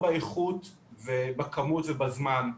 באיכות ובכמות ובזמן.